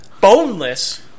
boneless